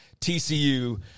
TCU